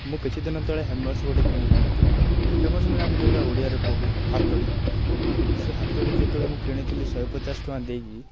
ମୁଁ କିଛିଦିନ ତଳେ ହ୍ୟାମର୍ସ ଗୋଟେ କିଣିକି ନେଇଥିଲି ହ୍ୟାମର୍ସ ମାନେ ଆମେ ଯେଉଁଟା ଓଡ଼ିଆରେ କହୁ ହାତୁଡ଼ି ସେ ହାତୁଡ଼ି ଯେତେବେଳେ ମୁଁ କିଣିଥିଲି ଶହେପଚାଶ ଟଙ୍କା ଦେଇକି